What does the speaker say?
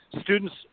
Students